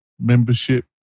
membership